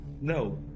No